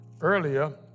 earlier